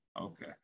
okay